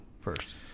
first